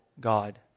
God